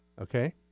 Okay